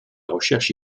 recherche